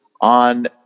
on